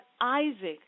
Isaac